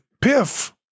Piff